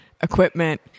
equipment